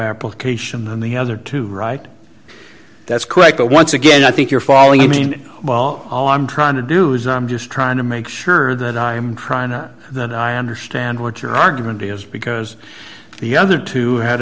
application than the other two right that's quick but once again i think you're falling in mean while all i'm trying to do is i'm just trying to make sure that i am trying or that i understand what your argument is because the other two had